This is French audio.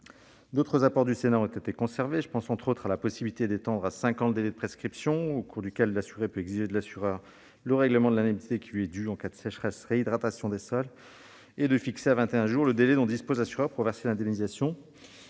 D'autres apports du Sénat ont été conservés. Je pense entre autres à la possibilité d'étendre à cinq ans le délai de prescription au cours duquel l'assuré peut exiger de l'assureur le règlement de l'indemnité qui lui est due en cas de sécheresse-réhydratation des sols et de fixer à vingt et un jours le délai dont dispose l'assureur pour verser l'indemnisation